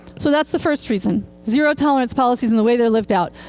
so that's the first reason zero tolerance policies and the way they're lived out.